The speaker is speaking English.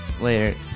Later